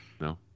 No